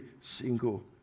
single